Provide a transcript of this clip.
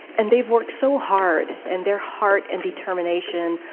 and they've worked so, hard, and their heart and determination,